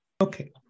okay